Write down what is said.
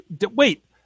Wait